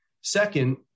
Second